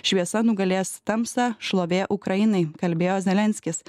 šviesa nugalės tamsą šlovė ukrainai kalbėjo zelenskis